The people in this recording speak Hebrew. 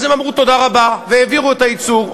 אז הם אמרו תודה רבה והעבירו את הייצור,